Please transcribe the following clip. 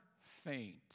faint